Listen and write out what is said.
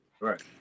Right